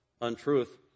untruth